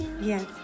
Yes